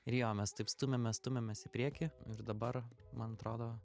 ir jo mes taip stumiamės stumiamės į priekį ir dabar man atrodo